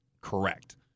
correct